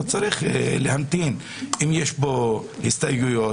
אם יש פה הסתייגויות,